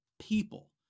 people